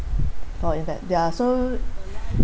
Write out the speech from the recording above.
oh is it ya so